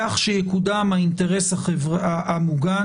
כך שיקודם האינטרס המוגן",